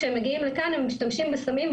כשהם מגיעים לכאן הם משתמשים בסמים,